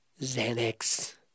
Xanax